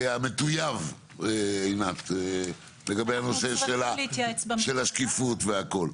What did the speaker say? המטויב, עינת, לגבי הנושא של השקיפות והכל.